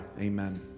amen